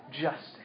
justice